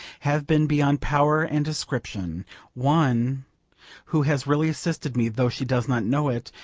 have been beyond power and description one who has really assisted me, though she does not know it,